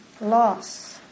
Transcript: loss